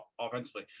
offensively